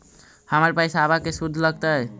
हमर पैसाबा के शुद्ध लगतै?